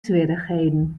swierrichheden